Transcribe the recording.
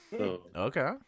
Okay